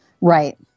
Right